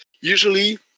Usually